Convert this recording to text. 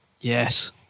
Yes